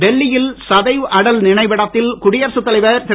டெல்லியில் சதைவ் அடல் நினைவிடத்தில் குடியரசு தலைவர் திரு